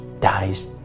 dies